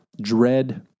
dread